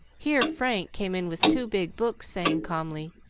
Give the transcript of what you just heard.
here frank came in with two big books, saying calmly,